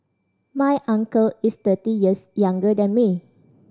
my uncle is thirty years younger than me